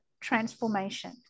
transformation